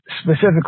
specifically